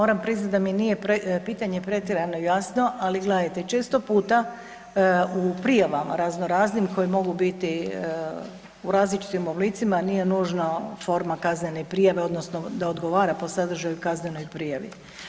Moram priznati da mi nije pitanje pretjerano jasno, ali gledajte, često puta u prijavama razno raznim koje mogu biti u različitim oblicima, nije nužno forma kaznene prijave, odnosno da odgovara po sadržaju kaznenoj prijavi.